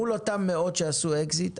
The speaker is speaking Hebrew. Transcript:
מול אותם מאות שעשו אקזיט.